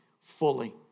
fully